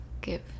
give